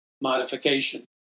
modification